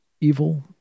evil